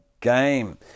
game